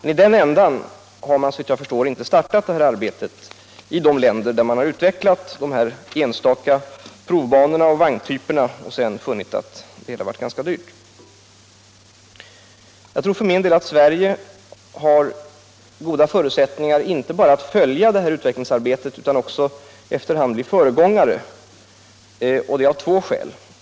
I den änden har man emellertid, som sagt, inte startat arbetet — såvitt jag förstår — i de länder där man utvecklat de här enstaka provbanorna och vagntyperna med datorstyrning och funnit att det hela blev ganska dyrt. Jag tror för min del att Sverige har goda förutsättningar inte bara att följa utvecklingsarbetet utan också att efter hand bli föregångare på området. Det är av två skäl.